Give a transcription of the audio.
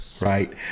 right